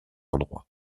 endroit